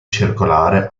circolare